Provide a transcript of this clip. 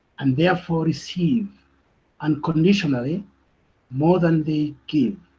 and therefore receive unconditionally more than they give.